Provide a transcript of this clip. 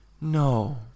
No